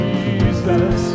Jesus